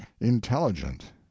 intelligent